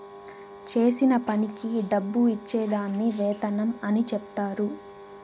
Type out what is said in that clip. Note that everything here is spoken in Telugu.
చేసిన పనికి డబ్బు ఇచ్చే దాన్ని వేతనం అని చెప్తారు